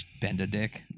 Bend-A-Dick